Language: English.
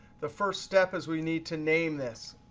the first step is we need to name this.